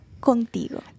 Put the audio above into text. contigo